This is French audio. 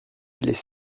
les